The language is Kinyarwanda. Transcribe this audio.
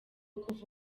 kuva